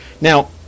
Now